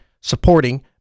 supporting